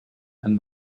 and